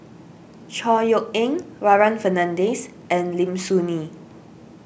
Chor Yeok Eng Warren Fernandez and Lim Soo Ngee